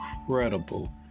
incredible